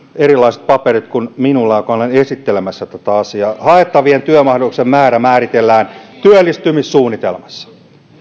erilaiset paperit kuin minulla joka olen esittelemässä tätä asiaa haettavien työmahdollisuuksien määrä määritellään työllistymissuunnitelmassa